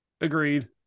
Agreed